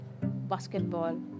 basketball